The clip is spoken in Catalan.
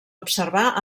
observar